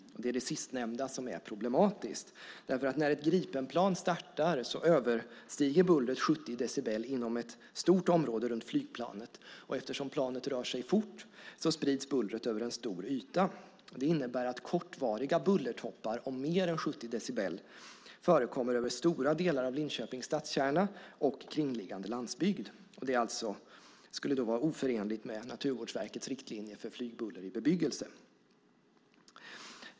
Det är det sistnämnda som är problematiskt. När ett Gripenplan startar överstiger bullret 70 decibel inom ett stort område runt flygplanet, och eftersom planet rör sig fort sprids bullret över en stor yta. Det innebär att kortvariga bullertoppar på mer än 70 decibel förekommer över stora delar av Linköpings stadskärna och kringliggande landsbygd. Det skulle då vara oförenligt med Naturvårdsverkets riktlinjer för flygbuller i bebyggelse.